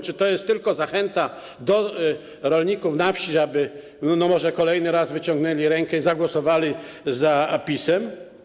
Czy to jest tylko zachęta dla rolników na wsi, aby może kolejny raz wyciągnęli rękę i zagłosowali za PiS-em?